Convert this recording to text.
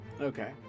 Okay